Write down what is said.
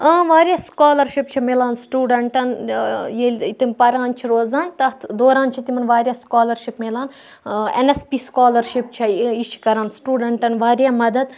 آ واریاہ سکالَرشِپ چھ میلان سٹوٗڈنٹن ییٚلہِ تِم پَران چھِ روزان تَتھ دوران چھُ تِمَں واریاہ سکالَرشِپ میلان اؠن اؠس پی سکالَرشِپ چھ یہِ چھِ کَران سٹوٗڈنٹن واریاہ مَدتھ